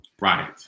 Right